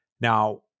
Now